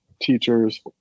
teachers